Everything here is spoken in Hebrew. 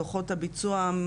דוחות הביצוע,